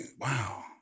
wow